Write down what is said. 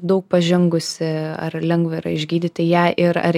daug pažengusi ar lengva yra išgydyti ją ir ar